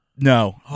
no